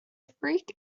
freak